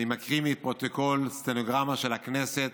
אני מקריא מפרוטוקול סטנוגרמה של הכנסת